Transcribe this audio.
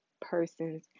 person's